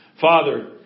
Father